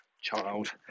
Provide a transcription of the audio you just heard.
child